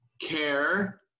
care